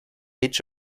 age